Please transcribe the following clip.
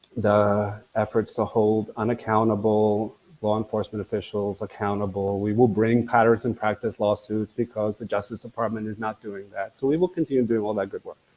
the efforts to hold unaccountable law enforcement officials accountable, we will bring pattern and practice lawsuits, because the justice department is not doing that, so we will continue to do all that good work.